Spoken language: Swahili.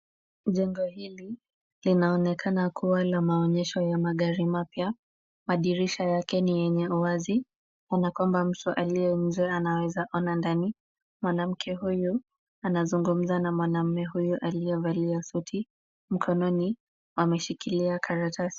Jengo hili linaonekana na maonyesho ya magari mapya. Madirisha yake ni yenye uwazi kana kwamba mtu aliye mzee anaweza ona ndani. Mwanamke huyu anazungumza na mwanaume huyu aliyevalia suti. Mkononi ameshikilia karatasi.